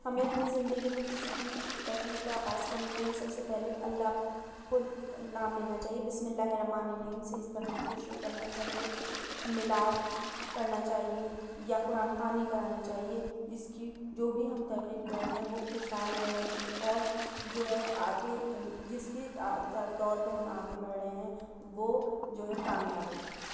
ہمیں اپنی زندگی میں کسی بھی تقریب کا آغاز کرنے کے لئے سب سے پہلے اللہ کو نام لینا چاہیے بسم اللہ الرحمٰن الرحیم سے اس تقریب کو شروع کرنا چاہیے میلاد کرنا چاہیے یا قرآن خوانی کرانی چاہیے اس کی جو بھی ہم ترکیب کر رہے ہیں وہ خوش حال رہے اور جو ہے آگے جس بھی طور پہ ہم آگے بڑھ رہے ہیں وہ جو ہے کامیاب رہے